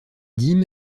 dîmes